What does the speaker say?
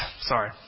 Sorry